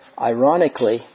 Ironically